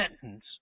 sentence